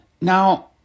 Now